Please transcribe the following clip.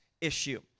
issue